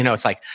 and it's like,